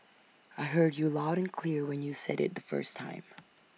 I heard you loud and clear when you said IT the first time